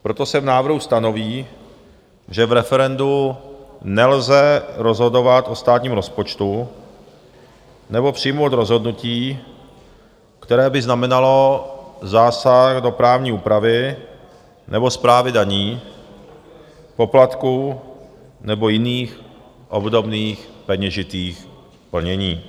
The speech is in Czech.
Proto se v návrhu stanoví, že v referendu nelze rozhodovat o státním rozpočtu nebo přijmout rozhodnutí, které by znamenalo zásah do právní úpravy nebo správy daní, poplatků nebo jiných obdobných peněžitých plnění.